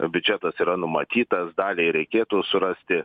biudžetas yra numatytas daliai reikėtų surasti